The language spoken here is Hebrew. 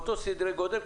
באותם סדרי גודל,